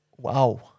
Wow